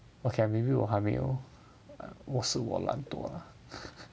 okay maybe 我还没有我是我懒惰 lah